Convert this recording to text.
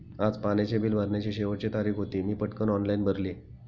आज पाण्याचे बिल भरण्याची शेवटची तारीख होती, मी पटकन ऑनलाइन भरले